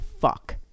fuck